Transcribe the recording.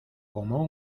como